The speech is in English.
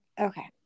Okay